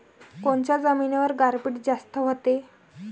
कोनच्या जमिनीवर गारपीट जास्त व्हते?